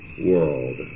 world